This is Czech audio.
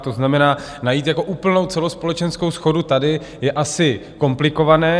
To znamená, najít jako úplnou celospolečenskou shodu tady je asi komplikované.